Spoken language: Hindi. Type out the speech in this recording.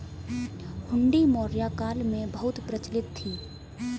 हुंडी मौर्य काल में बहुत प्रचलित थी